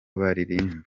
baririmba